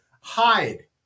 Hide